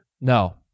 No